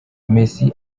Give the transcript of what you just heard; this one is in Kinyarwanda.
messi